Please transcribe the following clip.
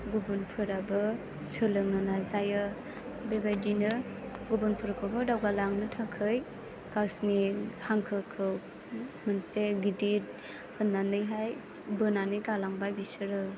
गुबुनफोराबो सोलोंनो नाजायो बेबायदिनो गुबुनफोरखौबो दावगालांनो थाखाय गावसोरनि हांखोखौ मोनसे गिदिर होननानैहाय बोनानै गालांबाय बिसोरो